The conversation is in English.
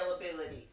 availability